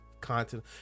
content